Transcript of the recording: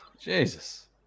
Jesus